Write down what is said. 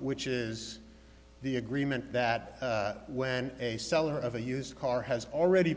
which is the agreement that when a seller of a used car has already